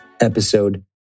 episode